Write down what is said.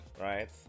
right